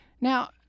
Now